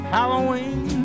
Halloween